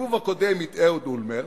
בסיבוב הקודם, עם אהוד אולמרט,